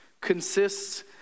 consists